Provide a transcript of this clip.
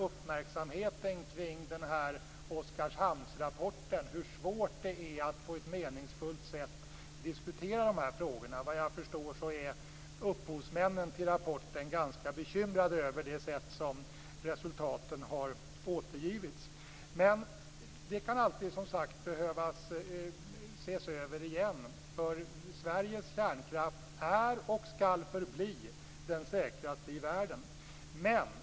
Uppmärksamheten kring Oskarshamnsrapporten illustrerar bl.a. hur svårt det är att på ett meningsfullt sätt diskutera de här frågorna. Såvitt jag förstår är upphovsmännen till rapporten ganska bekymrade över det sätt på vilket resultaten har återgivits. Men det kan alltid behöva ses över igen, därför att Sveriges kärnkraft är och skall förbli den säkraste i världen.